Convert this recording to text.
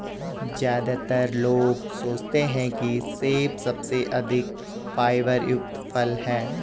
ज्यादातर लोग सोचते हैं कि सेब सबसे अधिक फाइबर युक्त फल है